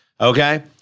okay